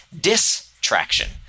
distraction